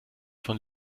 von